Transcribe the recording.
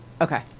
Okay